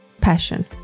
passion